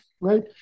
Right